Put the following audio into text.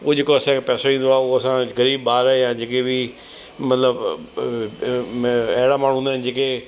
उहो जेको असांखे पैसो ईंदो आहे उहो असां ग़रीब ॿार या जेके बि मतिलबु अहिड़ा माण्हू हूंदा आहिनि जेके